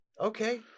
Okay